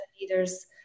leaders